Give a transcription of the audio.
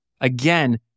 Again